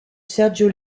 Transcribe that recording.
sergio